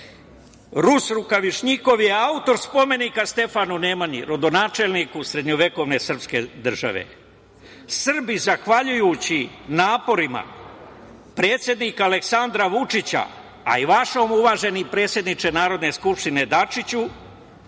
Rukavišnjikov je autor spomenika Stefanu Nemanji rodonačelniku srednjovekovne srpske države. Srbi zahvaljujući naporima predsednika Aleksandra Vučića, a i vašom uvaženi predsedniče Narodne skupštine Dačiću,